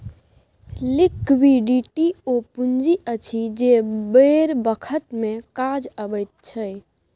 liquidity ओ पुंजी अछि जे बेर बखत मे काज अबैत छै